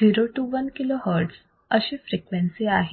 0 to 1 kilohertz अशी frequency आहे